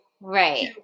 right